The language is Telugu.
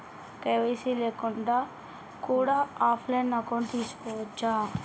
కే.వై.సీ లేకుండా కూడా ఆఫ్ లైన్ అకౌంట్ తీసుకోవచ్చా?